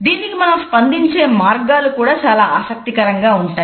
దీనికి మనం స్పందించే మార్గాలు కూడా చాలా ఆసక్తికరంగా ఉంటాయి